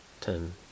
ten